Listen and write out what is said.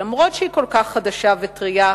למרות שהיא כל כך חדשה וטרייה,